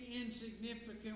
insignificant